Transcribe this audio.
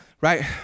right